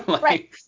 Right